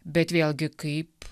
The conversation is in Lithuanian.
bet vėlgi kaip